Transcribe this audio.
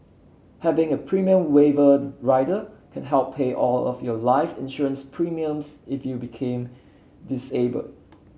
having a premium waiver rider can help pay all of your life insurance premiums if you became disabled